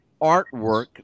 artwork